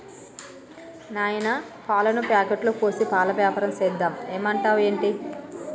నాయనా పాలను ప్యాకెట్లలో పోసి పాల వ్యాపారం సేద్దాం ఏమంటావ్ ఏంటి